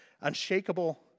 Unshakable